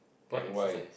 and why